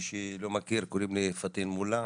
מי שלא מכיר, קוראים לי פטין מולא,